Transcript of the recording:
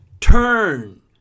turn